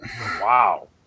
Wow